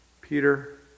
Peter